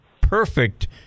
perfect